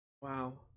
Wow